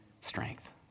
strength